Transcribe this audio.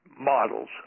models